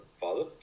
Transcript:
father